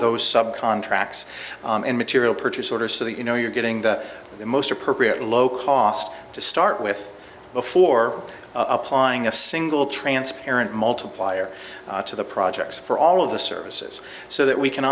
those sub contracts and material purchase order so that you know you're getting the most appropriate low cost to start with before applying a single trance apparent multiplier to the projects for all of the services so that we can